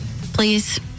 Please